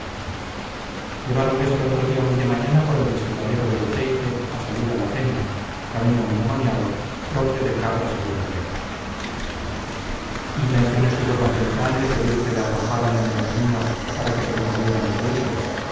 rezos lleváronles al otro día muy de mañana por el desfiladero de beceite a salir a la cenia camino endemoniado propio de cabras y guerrilleros intenciones tuvo d beltrán de pedir que le arrojaran en el camino para que se lo comieran los buitres